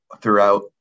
throughout